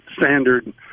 standard